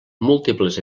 múltiples